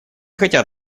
хотят